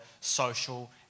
social